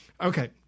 Okay